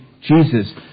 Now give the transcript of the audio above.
Jesus